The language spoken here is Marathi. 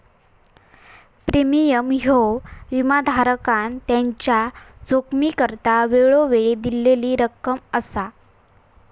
प्रीमियम ह्यो विमाधारकान त्याच्या जोखमीकरता वेळोवेळी दिलेली रक्कम असा